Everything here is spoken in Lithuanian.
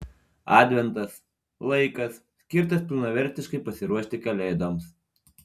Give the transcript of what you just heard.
adventas laikas skirtas pilnavertiškai pasiruošti kalėdoms